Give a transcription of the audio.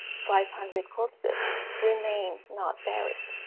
five hundred corpses remained not buried.